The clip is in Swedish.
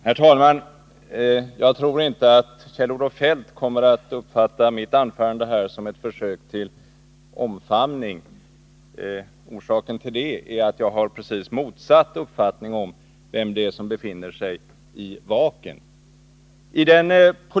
Herr talman! Jag tror inte att Kjell-Olof Feldt kommer att uppfatta mitt anförande som ett försök till omfamning. Orsaken till det är att jag har precis motsatt uppfattning om vem det är som sträcker upp sina armar ur vaken.